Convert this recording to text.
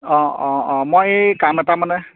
অঁ অঁ অঁ মই এই কাম এটা মানে